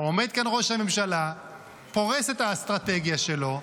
עומד כאן ראש הממשלה פורס את האסטרטגיה שלו,